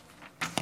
נמנעים.